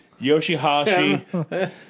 Yoshihashi